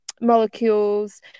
molecules